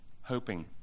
hoping